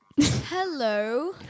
Hello